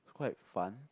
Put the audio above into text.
quite fun